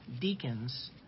deacons